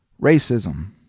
Racism